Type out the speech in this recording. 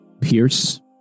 Pierce